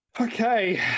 Okay